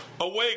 Awake